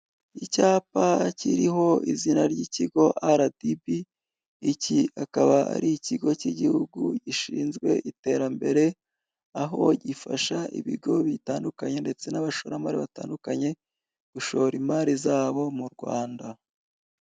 Icyapa kiriho izina ry'ikigo aradibi iki akaba ari ikigo cy'igihugu gishinzwe iterambere, aho gifasha ibigo bitandukanye ndetse n'abashoramari batandukanye gushora imari zabo mu Rwanda.